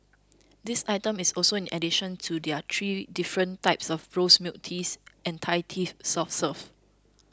this item is also in addition to their three different types of rose milk teas and Thai tea soft serves